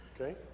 Okay